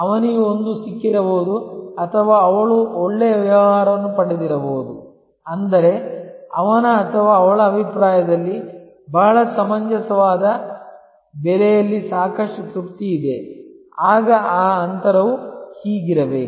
ಅವನಿಗೆ ಒಂದು ಸಿಕ್ಕಿರಬಹುದು ಅಥವಾ ಅವಳು ಒಳ್ಳೆಯ ವ್ಯವಹಾರವನ್ನು ಪಡೆದಿರಬಹುದು ಅಂದರೆ ಅವನ ಅಥವಾ ಅವಳ ಅಭಿಪ್ರಾಯದಲ್ಲಿ ಬಹಳ ಸಮಂಜಸವಾದ ಬೆಲೆಯಲ್ಲಿ ಸಾಕಷ್ಟು ತೃಪ್ತಿ ಇದೆ ಆಗ ಆ ಅಂತರವು ಹೀಗಿರಬೇಕು